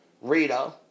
Rita